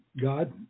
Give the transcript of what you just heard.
God